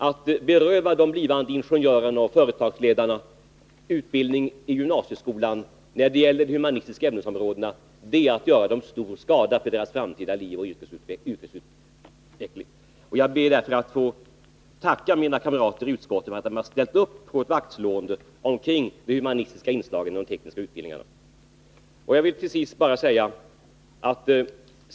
Att beröva de blivande ingenjörerna och företagsledarna utbildning i gymnasieskolan på de humanistiska ämnesområdena är att göra dem stor skada i deras framtida liv och utveckling. Jag ber därför att få tacka mina kamrater i utskottet för att de har ställt upp på ett vaktslående om de humanistiska inslagen i de tekniska utbildningarna.